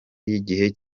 y’igihe